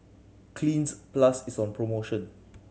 Cleanz Plus is on promotion